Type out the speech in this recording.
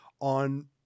on